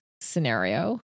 scenario